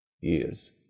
years